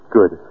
Good